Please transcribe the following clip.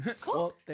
Cool